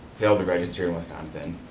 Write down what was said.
failed to register in wisconsin.